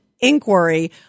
inquiry